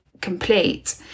complete